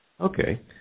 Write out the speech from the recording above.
Okay